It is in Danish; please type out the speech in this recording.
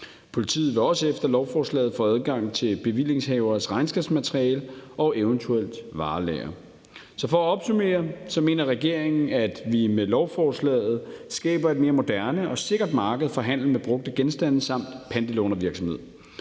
Politiet vil også efter lovforslaget få adgang til bevillingshaveres regnskabsmateriale og et eventuelt varelager. Så for at opsummere mener regeringen, at vi med lovforslaget skaber et mere moderne og sikkert marked for handel med brugte genstande samt pantelånervirksomhed,